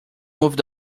moved